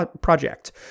project